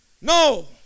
No